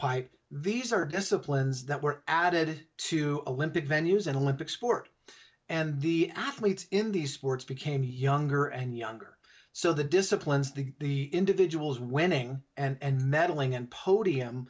pipe these are disciplines that were added to olympic venues and olympic sport and the athletes in these sports became younger and younger so the disciplines the individuals winning and meddling and podium